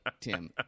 Tim